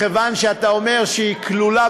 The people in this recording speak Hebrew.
מכיוון שאתה אומר שהיא כלולה